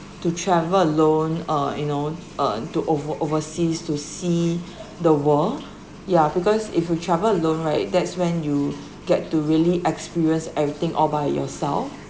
to travel alone uh you know uh to over~ overseas to see the world ya because if you travel alone right that's when you get to really experience everything all by yourself